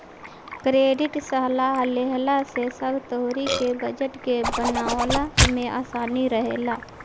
credit सलाह लेहला से सब तरही के बजट के बनवला में आसानी रहेला